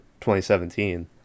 2017